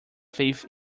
faith